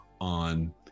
on